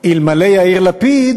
אלמלא יאיר לפיד,